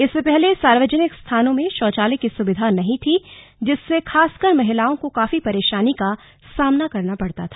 इससे पहले सार्वजनिक स्थानों में शौचालय की सुविधा नही थी जिससे खासकर महिलाओं को काफी परेशानी का सामना करना पड़ता था